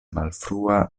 malfrua